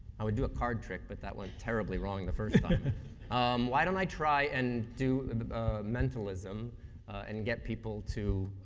i would do a card trick, but that went terribly wrong the first why don't i try and do mentalism and and get people to